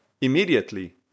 immediately